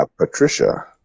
Patricia